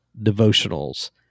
devotionals